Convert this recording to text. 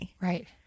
Right